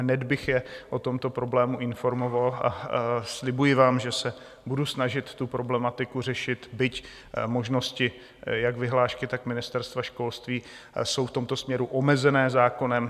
Hned bych je o tomto problému informoval a slibuji vám, že se budu snažit tu problematiku řešit, byť možnosti jak vyhlášky, tak Ministerstva školství jsou v tomto směru omezené zákonem.